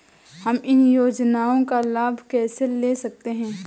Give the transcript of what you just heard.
हम इन योजनाओं का लाभ कैसे ले सकते हैं?